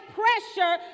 pressure